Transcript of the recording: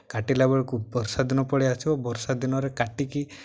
କାଟିଲା ବେଳକୁ ବର୍ଷା ଦିନ ପଳାଇଆସିବ ବର୍ଷା ଦିନରେ କାଟିକି